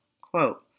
quote